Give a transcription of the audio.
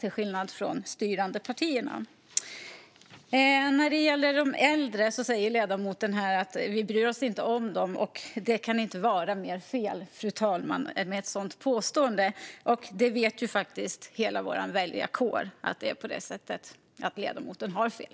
Ledamoten säger apropå de äldre att vi sverigedemokrater inte bryr oss om dem. Detta påstående kan inte vara mer fel, fru talman, och hela vår väljarkår vet att det är så, det vill säga att ledamoten har fel.